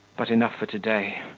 but enough for to-day.